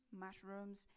mushrooms